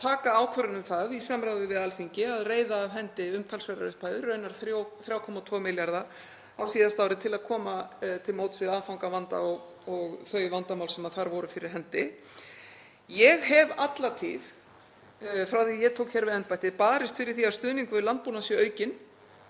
taka ákvörðun um það í samráði við Alþingi að reiða af hendi umtalsverðar upphæðir, raunar 3,2 milljarða, á síðasta ári til að koma til móts við aðfangavanda og þau vandamál sem þar voru fyrir hendi. Ég hef alla tíð frá því að ég tók við embætti barist fyrir því að stuðningur við landbúnað sé aukinn,